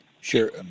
Sure